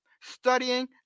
studying